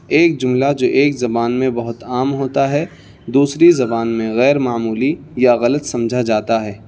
ایک جملہ جو ایک زبان میں بہت عام ہوتا ہے دوسری زبان میں غیر معمولی یا غلط سمجھا جاتا ہے